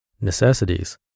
necessities